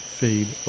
fade